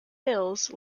hills